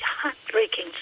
heartbreaking